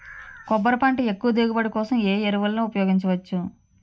కొబ్బరి పంట ఎక్కువ దిగుబడి కోసం ఏ ఏ ఎరువులను ఉపయోగించచ్చు?